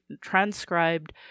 transcribed